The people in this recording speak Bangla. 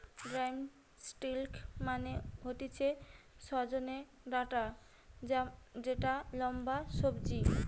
ড্রামস্টিক মানে হতিছে সজনে ডাটা যেটা লম্বা সবজি